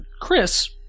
Chris